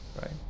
right